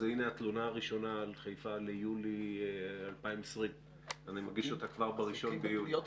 הנה התלונה הראשונה על חיפה ליולי 2020. אני מגיש אותה כבר ב-1 ביולי.